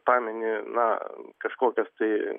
pamini na kažkokias tai